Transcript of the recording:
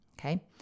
Okay